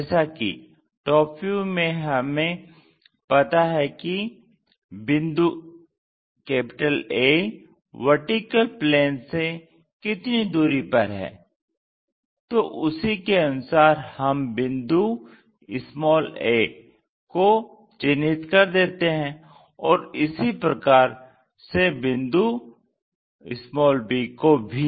जैसा कि TV से हमें पता है कि बिंदु A VP से कितनी दूरी पर है तो उसी के अनुसार हम बिंदु a को चिन्हित कर देते हैं और इसी प्रकार से बिंदु b को भी